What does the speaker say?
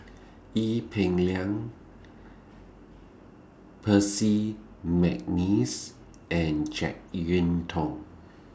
Ee Peng Liang Percy Mcneice and Jek Yeun Thong